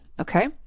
Okay